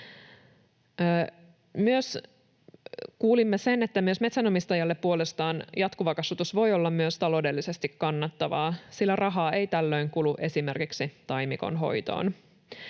Kuulimme myös sen, että metsänomistajalle puolestaan jatkuva kasvatus voi olla myös taloudellisesti kannattavaa, sillä rahaa ei tällöin kulu esimerkiksi taimikon hoitoon.